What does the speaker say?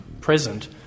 present